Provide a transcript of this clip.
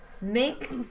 make